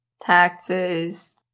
taxes